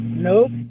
Nope